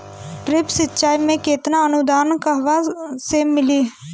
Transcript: Drip सिंचाई मे केतना अनुदान कहवा से मिली?